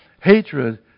hatred